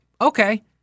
okay